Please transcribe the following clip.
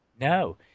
No